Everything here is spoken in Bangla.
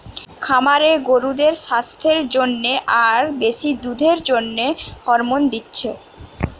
খামারে গরুদের সাস্থের জন্যে আর বেশি দুধের জন্যে হরমোন দিচ্ছে